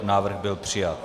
Návrh byl přijat.